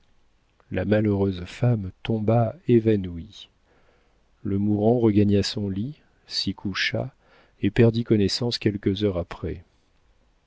la malheureuse femme tomba évanouie le mourant regagna son lit s'y coucha et perdit connaissance quelques heures après